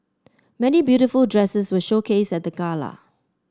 many beautiful dresses were showcased at the gala